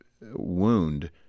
wound